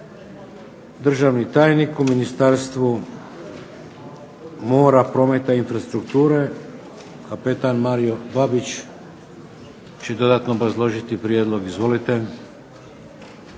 Državni tajnik u Ministarstvu mora, prometa i infrastrukture, kapetan Mario Babić će dodatno obrazložiti prijedlog. Izvolite.